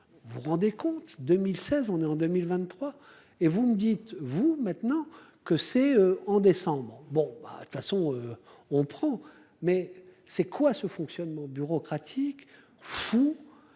vous vous rendez compte, 2016, on est en 2023 et vous me dites-vous maintenant que c'est en décembre bon bah de toute façon on prend mais c'est quoi ce fonctionnement bureaucratique fou.